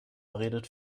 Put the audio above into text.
redet